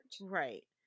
right